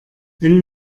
wenn